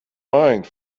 mind